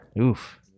Oof